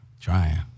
Trying